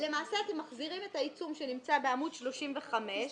אתם מחזירים את העיצום שנמצא בעמוד 35 למטה,